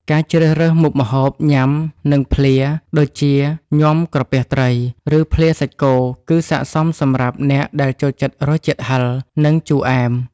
ការជ្រើសរើសមុខម្ហូប ញាំ និងភ្លា ដូចជាញាំក្រពះត្រី ឬភ្លាសាច់គោ គឺស័ក្តិសមសម្រាប់អ្នកដែលចូលចិត្តរសជាតិហឹរ និងជូរអែម។